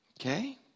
Okay